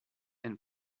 and